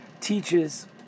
teaches